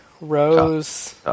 Rose